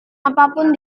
apapun